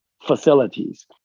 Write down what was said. facilities